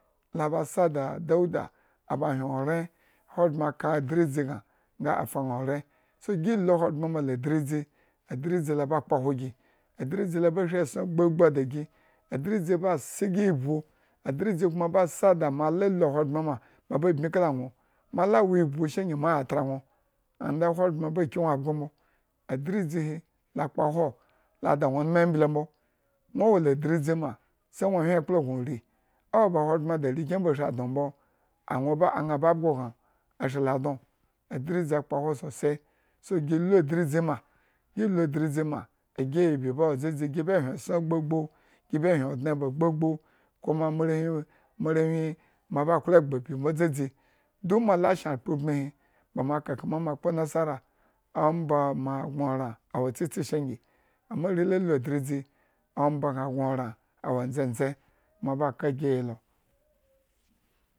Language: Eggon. La basa da dauda aba hyen oren ahogbren ka adridzi gna, nga afa ña oren, so, gi lu ahogbren la adridzi, adridzi lo a ba kpo hwo gi, adridzi lo ba shri esson gbagbu ada gi, adridzi ba se ivbu, adridzi kuma ba da ma la lu ahogbrenma mo bmi kala nwo. mo ala wo ivbu sha nyi atra nwo and then ahogbren ba ki nwo abgo mbo, adridzihi ola kpohwo la da nwo nmo embele mbo. Nwo wo adridzi ma sa nub hyan ekpla gno ri, owo ba orekyen ba shri dno, adridzi kpohwo sosai, so gi lu adridzi ma, gi lu adridzi ma. egiyibi bawo dzadzi gi be hyenesson gbagbu, gi be hyen odne ba gbagbu, kuma moarewhi, moarewhi, moarewhi ba klo egba gi dzadzi du mala shen akpro ubmmihi bama kakama mo kpo nasara, omba magño oran awo tsitsi sha ngi, ama are la lu adridzi omba gña gño oran awo ndzendze kuma ba ka geyi lo.